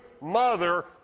mother